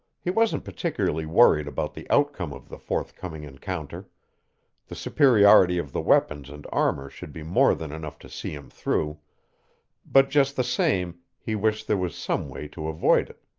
he wasn't particularly worried about the outcome of the forthcoming encounter the superiority of the weapons and armor should be more than enough to see him through but just the same he wished there was some way to avoid it.